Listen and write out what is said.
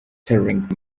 sterling